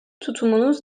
tutumunuz